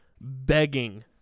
begging